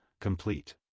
complete